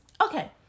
Okay